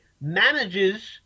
manages